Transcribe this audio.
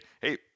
hey